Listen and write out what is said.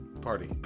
party